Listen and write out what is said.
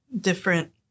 different